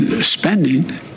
spending